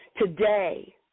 Today